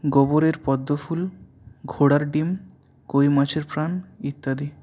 গোবরে পদ্মফুল ঘোড়ার ডিম কৈ মাছের প্রাণ ইত্যাদি